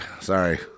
Sorry